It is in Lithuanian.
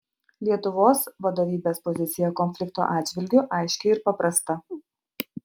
lietuvos vadovybės pozicija konflikto atžvilgiu aiški ir paprasta